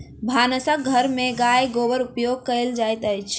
भानस घर में गाय गोबरक उपयोग कएल जाइत छल